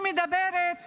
שמדברת